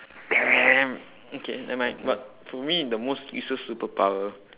damn okay never mind but to me the most useless superpower